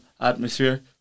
atmosphere